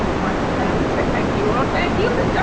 marquita you said thank you. and oh, thank you but yeah